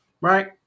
Right